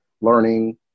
learning